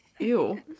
Ew